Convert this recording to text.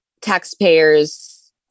taxpayers